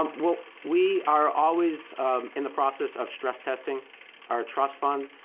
um well, we are always in the process of stress testing our trust fund.